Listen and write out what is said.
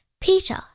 Peter